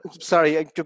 Sorry